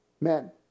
Men